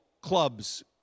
clubs